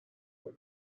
کنه